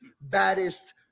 baddest